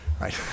right